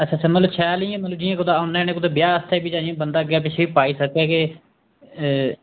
अच्छा अच्छा मलब शैल इ'यां मलब जि'यां कुतै आनलाइन कुतै ब्याह् आस्तै बी जि'यां बंदा कुतै अग्गें पिच्छें बी पाई सकै कि